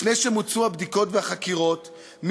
לפני שמוצו הבדיקות והחקירות,